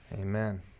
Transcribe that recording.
Amen